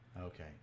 Okay